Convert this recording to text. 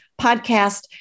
podcast